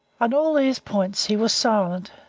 on all these points he was silent,